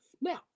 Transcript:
Now